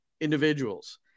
individuals